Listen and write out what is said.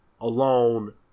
alone